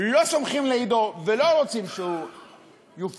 לא שמחים לאידו ולא רוצים שהוא יופלל,